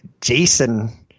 Jason –